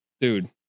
dude